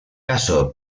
caso